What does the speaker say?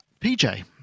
PJ